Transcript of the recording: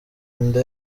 inda